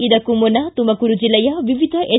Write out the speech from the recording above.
ಇದಕ್ಕೂ ಮುನ್ನ ತುಮಕೂರು ಜಿಲ್ಲೆಯ ವಿವಿಧ ಎಸ್